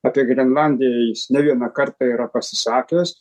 apie grenlandiją jis ne vieną kartą yra pasisakęs